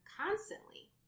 constantly